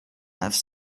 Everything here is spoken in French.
neuf